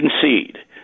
concede